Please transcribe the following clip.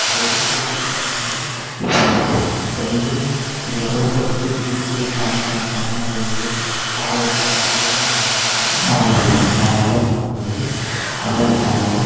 அதை விட்டுட்டு கீழே வந்து வாழுனா இப்போ ஒரு இப்போ நீங்களே இந்த சோர்ஸை விட்டுட்டு திடீரெனு போய் ஒரு பனிக்க பனிமலைலேயோ பாலைவனத்துலேயோ விட்டு இங்கே தான் நீ வாழணுனு சொன்னால் வாழ முடியுமா யாராலேயும் வாழ முடியாது அதே மாதிரி தான் அவங்களும்